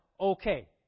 okay